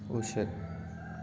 ꯎꯆꯦꯛ